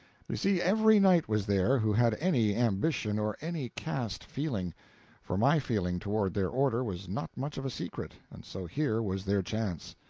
you see, every knight was there who had any ambition or any caste feeling for my feeling toward their order was not much of a secret, and so here was their chance.